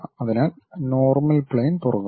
അതിനാൽ normal plane തുറക്കുന്നു